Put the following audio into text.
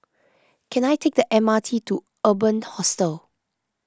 can I take the M R T to Urban Hostel